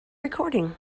recording